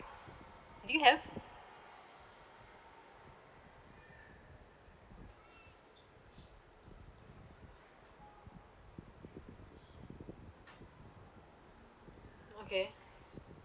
do you have okay